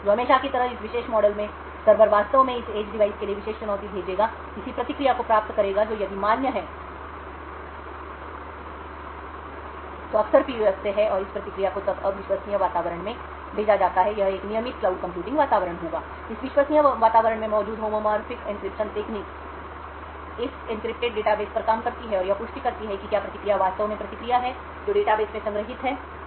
तो हमेशा की तरह इस विशेष मॉडल में सर्वर वास्तव में इस एज डिवाइस के लिए विशेष चुनौती भेजेगा इसी प्रतिक्रिया को प्राप्त करेगा जो यदि मान्य है तो अक्सर PUF से है और इस प्रतिक्रिया को तब अविश्वसनीय वातावरण में भेजा जाता है यह एक नियमित क्लाउड कंप्यूटिंग वातावरण होगा इस अविश्वसनीय वातावरण में मौजूद होमोमोर्फिक एन्क्रिप्शन तकनीक इस एन्क्रिप्टेड डेटाबेस पर काम करती है और यह पुष्टि करती है कि क्या प्रतिक्रिया वास्तव में प्रतिक्रिया है जो डेटाबेस में संग्रहीत है